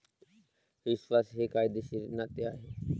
विश्वास हे कायदेशीर नाते आहे